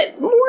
more